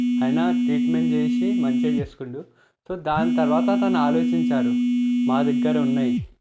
ఆయన ట్రీట్మెంట్ చేసి మంచిగా చేసుకుండు సో దాని తర్వాత తను ఆలోచించారు మా దగ్గర ఉన్నాయి